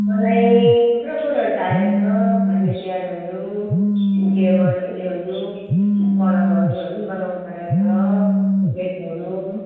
मलाई थुप्रो कुरोहरू चाहिएको छ फर्निचरहरू टेबल ऊ योहरू पलङहरू हरू पनि बनाउनुपरेको छ सोकेसहरू